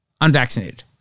unvaccinated